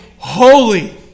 Holy